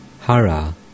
Hara